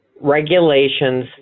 regulations